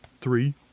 three